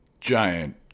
giant